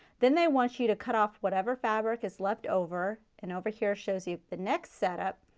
then they want you to cut off whatever fabric is leftover and over here shows you the next setup,